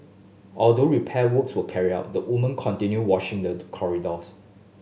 although repair work were carried out the woman continued washing the corridors